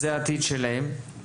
זה העתיד שלהם.